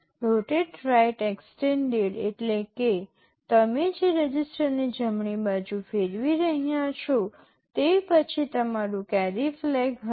rotate right extended એટલે કે તમે જે રજિસ્ટરને જમણી બાજુ ફેરવી રહ્યા છો તે પછી તમારું કેરી ફ્લેગ હશે